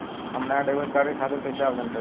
हम नया debit card के खातिर कइसे आवेदन दीं?